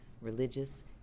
religious